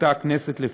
הכנסת מחליטה,